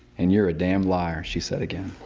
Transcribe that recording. and you're a damn liar, she'd said again.